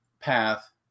path